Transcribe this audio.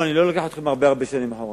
אני לא לוקח אתכם הרבה שנים אחורנית,